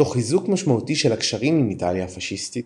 תוך חיזוק משמעותי של הקשרים עם איטליה הפשיסטית